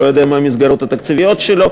הוא לא יודע מה המסגרות התקציביות שלו,